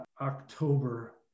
october